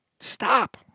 Stop